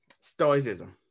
Stoicism